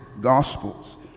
Gospels